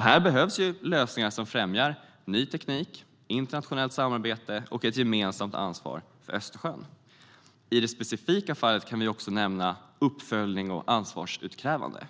Här behövs lösningar som främjar ny teknik, internationellt samarbete och ett gemensamt ansvar för Östersjön. I det specifika fallet kan vi också nämna uppföljning och ansvarsutkrävande.